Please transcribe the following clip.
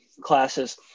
classes